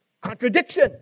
Contradiction